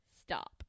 stop